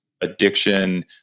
addiction